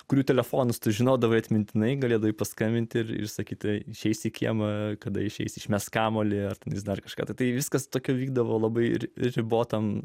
kurių telefonus tu žinodavai atmintinai galėdavai paskambinti ir išsakytai išeis į kiemą kada išeis išmes kamuolį ar dar kažką tai viskas tokio vykdavo labai ribotam